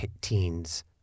teens